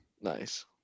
Nice